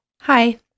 Hi